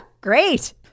great